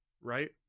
right